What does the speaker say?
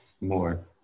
more